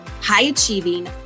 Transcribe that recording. high-achieving